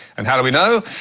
and how do we know?